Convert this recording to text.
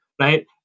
right